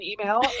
email